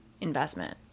investment